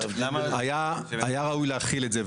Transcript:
היה ראוי להחיל את זה.